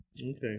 Okay